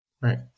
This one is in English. Right